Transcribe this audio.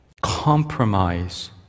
compromise